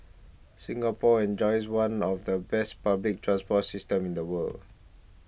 Singapore enjoys one of the best public transport systems in the world